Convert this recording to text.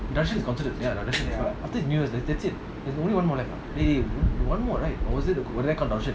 that's it there's only one more left one more left or was it